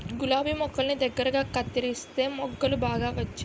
గులాబి మొక్కల్ని దగ్గరగా కత్తెరిస్తే మొగ్గలు బాగా వచ్చేయి